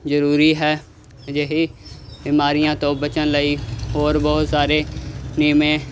ਜ਼ਰੂਰੀ ਹੈ ਅਜਿਹੀ ਬਿਮਾਰੀਆਂ ਤੋਂ ਬਚਣ ਲਈ ਹੋਰ ਬਹੁਤ ਸਾਰੇ ਜਿਵੇਂ